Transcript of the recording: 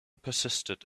persisted